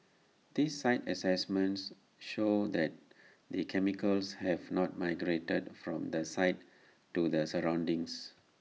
these site assessments show that the chemicals have not migrated from the site to the surroundings